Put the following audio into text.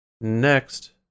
next